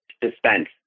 dispense